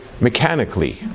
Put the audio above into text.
mechanically